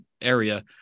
area